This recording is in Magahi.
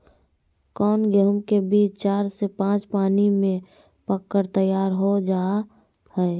कौन गेंहू के बीज चार से पाँच पानी में पक कर तैयार हो जा हाय?